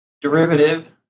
derivative